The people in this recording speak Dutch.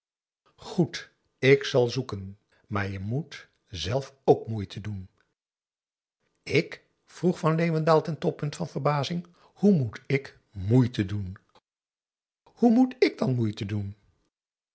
goed ik zal zoeken maar je moet zelf k moeite doen ik vroeg van leeuwendaal ten toppunt van verbazing hoe moet ik moeite doen hoe moet ik dan moeite doen